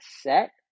set